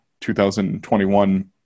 2021